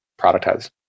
productize